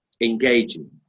engaging